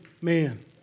man